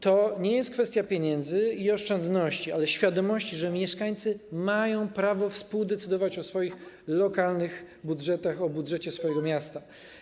To nie jest kwestia pieniędzy i oszczędności, ale świadomości, że mieszkańcy mają prawo współdecydować o swoich lokalnych budżetach, o budżecie swojego miasta.